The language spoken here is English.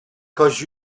cause